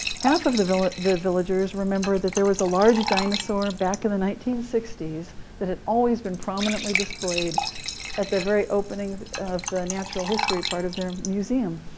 half of the villagers the villagers remembered that there was a large dinosaur back in the nineteen sixty s that had always been prominently displayed at the very opening of the natural history part of their museum